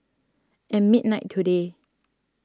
at midnight today